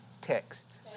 text